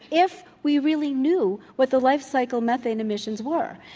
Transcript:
if we really knew what the lifecycle methane emissions were.